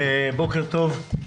בוקר טוב.